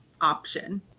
option